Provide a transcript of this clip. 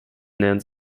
nähern